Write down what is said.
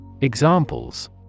Examples